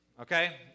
Okay